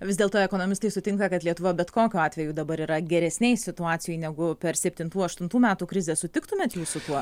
vis dėlto ekonomistai sutinka kad lietuva bet kokiu atveju dabar yra geresnėj situacijoj negu per septintų aštuntų metų krizę sutiktumėt jūs su tuo